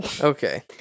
Okay